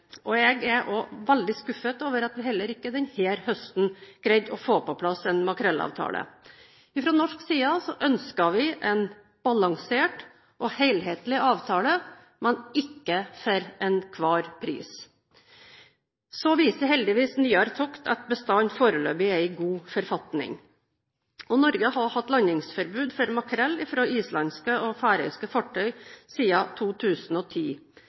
makrell. Jeg er også veldig skuffet over at vi heller ikke denne høsten greide å få på plass en makrellavtale. Fra norsk side ønsker vi en balansert og helhetlig avtale, men ikke for enhver pris. Så viser heldigvis nyere tokt at bestanden heldigvis er i god forfatning. Norge har hatt landingsforbud for makrell fra islandske og færøyske fartøy siden 2010.